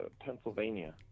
Pennsylvania